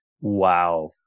Wow